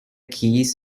keys